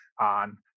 on